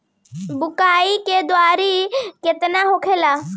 बुआई के दूरी केतना होला?